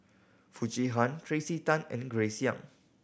Foo Chee Han Tracey Tan and Grace Young